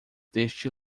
deste